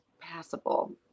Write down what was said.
passable